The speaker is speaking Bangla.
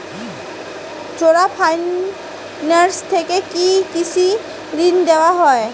চোলা ফাইন্যান্স থেকে কি কৃষি ঋণ দেওয়া হয়?